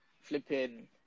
flipping